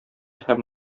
һәм